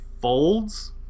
folds